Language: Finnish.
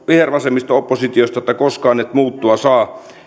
vihervasemmisto oppositiosta kuvittelee että koskaan et muuttua saa